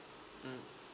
mm